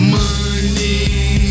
money